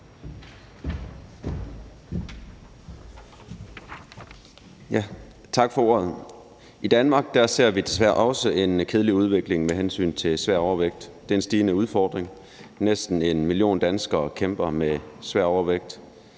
Tak for ordet. I Danmark ser vi desværre også en kedelig udvikling med hensyn til svær overvægt, og det er en stigende udfordring. Næsten 1 million danskere kæmper med svær overvægt.